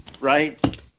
right